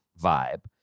vibe